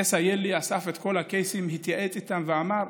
קייס איילין אסף את כל הקייסים, התייעץ איתם ואמר: